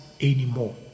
anymore